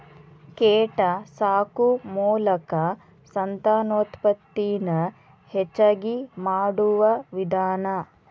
ಕೇಟಾ ಸಾಕು ಮೋಲಕಾ ಸಂತಾನೋತ್ಪತ್ತಿ ನ ಹೆಚಗಿ ಮಾಡುವ ವಿಧಾನಾ